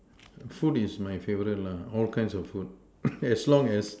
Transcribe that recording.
food is my favorite lah all kinds of food as long as